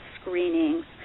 screenings